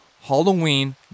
Halloween